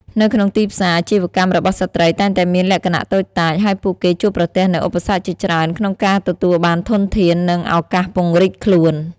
នៅក្នុងទីផ្សារ អាជីវកម្មរបស់ស្ត្រីតែងតែមានលក្ខណៈតូចតាច ហើយពួកគេជួបប្រទះនូវឧបសគ្គជាច្រើនក្នុងការទទួលបានធនធាន និងឱកាសពង្រីកខ្លួន។